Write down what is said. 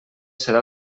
serà